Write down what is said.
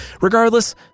Regardless